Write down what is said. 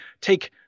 take